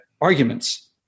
arguments